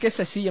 K Sasi M